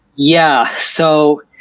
yeah! so,